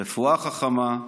רפואה חכמה,